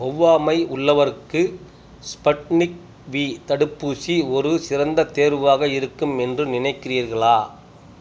ஒவ்வாமை உள்ளவருக்கு Sputnik V தடுப்பூசி ஒரு சிறந்த தேர்வாக இருக்கும் என்று நினைக்கிறீர்களா